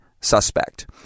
suspect